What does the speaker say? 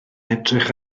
edrych